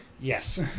yes